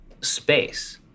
space